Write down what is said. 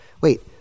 wait